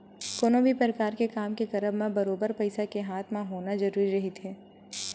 कोनो भी परकार के काम के करब म बरोबर पइसा के हाथ म होना जरुरी रहिथे